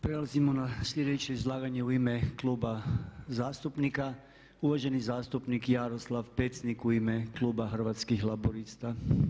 Prelazimo na sljedeće izlaganje u ime Kluba zastupnika, uvaženi zastupnik Jaroslav Pecnik u ime kluba Hrvatskih laburista.